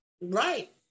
Right